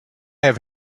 have